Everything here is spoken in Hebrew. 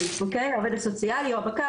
העו"ס או הבקר,